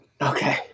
Okay